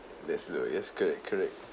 neslo yes correct correct